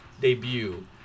debut